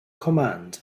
command